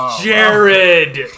Jared